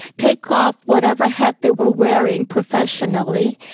take off whatever hat they were wearing professionally,